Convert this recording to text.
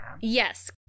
yes